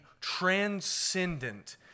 transcendent